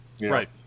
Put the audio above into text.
Right